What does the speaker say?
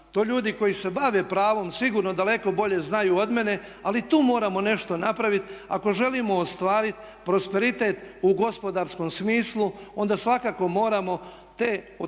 To ljudi koji se bave pravom sigurno daleko bolje znaju od mene, ali i tu moramo nešto napraviti ako želimo ostvariti prosperitet u gospodarskom smislu, onda svakako moramo te sve